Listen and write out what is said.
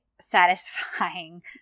satisfying